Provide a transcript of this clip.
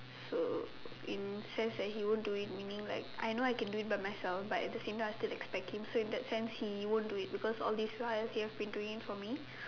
so in a sense that he won't do it meaning like I can do it by myself but at the same time I still expect him so in that sense he won't do it because all this while he has been doing it for me